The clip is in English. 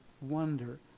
wonder